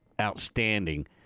outstanding